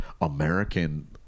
American